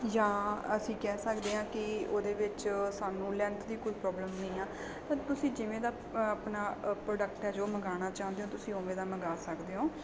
ਜਾਂ ਅਸੀਂ ਕਹਿ ਸਕਦੇ ਹਾਂ ਕਿ ਉਹਦੇ ਵਿੱਚ ਸਾਨੂੰ ਲੈਂਥ ਦੀ ਕੋਈ ਪ੍ਰੋਬਲਮ ਨਹੀਂ ਆ ਪਰ ਤੁਸੀਂ ਜਿਵੇਂ ਦਾ ਆਪਣਾ ਪ੍ਰੋਡਕਟ ਹੈ ਜੋ ਮੰਗਵਾਉਣਾ ਚਾਹੁੰਦੇ ਹੋ ਤੁਸੀਂ ਓਵੇਂ ਦਾ ਮੰਗਵਾ ਸਕਦੇ ਹੋ